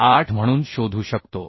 08 म्हणून शोधू शकतो